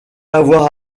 avoir